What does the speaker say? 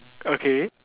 okay